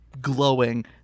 glowing